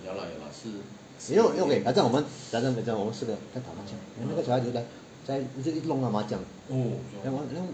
you know okay 很想我们 我们四个在打麻将 then 一个小孩子来一直一直弄那个麻将 then